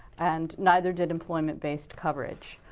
and neither did employment-based coverage.